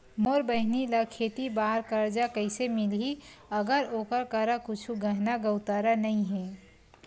मोर बहिनी ला खेती बार कर्जा कइसे मिलहि, अगर ओकर करा कुछु गहना गउतरा नइ हे?